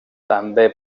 també